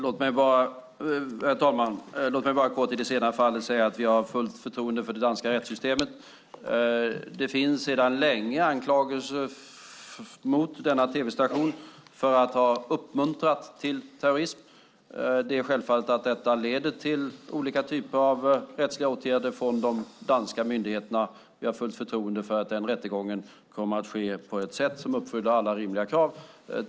Herr talman! Låt mig bara kort i det senare fallet säga att vi har fullt förtroende för det danska rättssystemet. Det finns sedan länge anklagelser mot denna tv-station för att ha uppmuntrat till terrorism. Detta leder självfallet till olika typer av rättsliga åtgärder från de danska myndigheterna, och jag har fullt förtroende för att den rättegången kommer att ske på ett sätt som uppfyller alla rimliga krav.